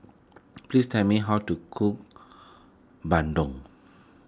please tell me how to cook Bandung